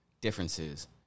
differences